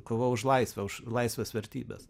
kova už laisvę už laisvės vertybes